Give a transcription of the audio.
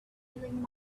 feeling